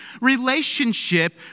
relationship